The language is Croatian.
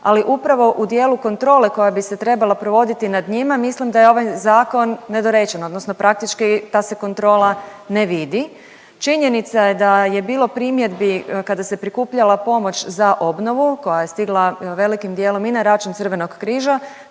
ali upravo u dijelu kontrole koja bi se trebala provoditi nad njima mislim da je ovaj zakon nedorečen odnosno praktički ta se kontrola ne vidi. Činjenica je da je bilo primjedbi kada se prikupljala pomoć za obnovu koja je stigla velikim dijelom i na račun Crvenog križa,